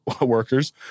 workers